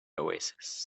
oasis